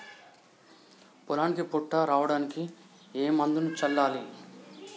పొలానికి పొట్ట రావడానికి ఏ మందును చల్లాలి?